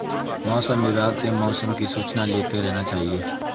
मौसम विभाग से मौसम की सूचना लेते रहना चाहिये?